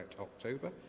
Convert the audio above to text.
October